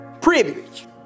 privilege